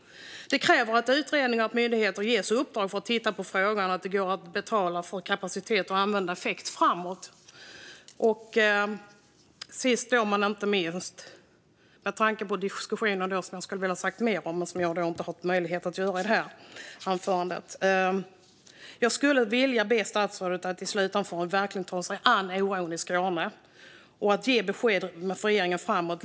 Det krävs även utredning. Myndigheter måste ges i uppdrag att titta på frågan om det går att betala för kapacitet och användning av effekt. Sist men inte minst: Med tanke på denna diskussion, som jag hade velat säga mer om, vilket jag inte har möjlighet att göra i det här anförandet, skulle jag vilja be statsrådet att i slutanförandet verkligen ta sig an oron i Skåne och ge lite mer besked från regeringen.